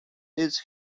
its